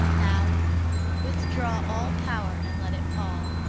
now withdraw all power and let it fall.